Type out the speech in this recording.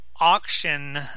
auction